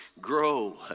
grow